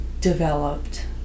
developed